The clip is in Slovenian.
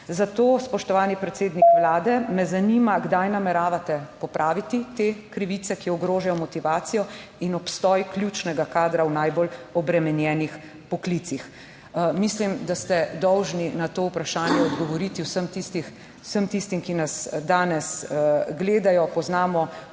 Zato, spoštovani predsednik Vlade, me zanima: Kdaj nameravate popraviti te krivice, ki ogrožajo motivacijo in obstoj ključnega kadra v najbolj obremenjenih poklicih? Mislim, da ste dolžni na to vprašanje odgovoriti vsem tistim, vsem tistim, ki nas danes gledajo. Poznamo